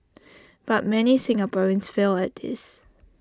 but many Singaporeans fail at this